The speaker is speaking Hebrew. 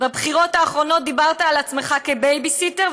בבחירות האחרונות דיברת על עצמך כעל בייביסיטר,